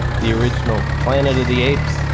the original planet of the apes,